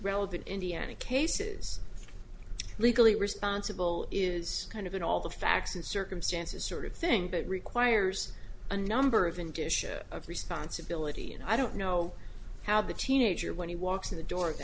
relevant indiana cases legally responsible is kind of in all the facts and circumstances sort of thing that requires a number of him to share of responsibility and i don't know how the teenager when he walks in the door of the